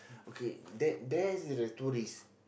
okay that there's a tourist